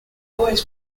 always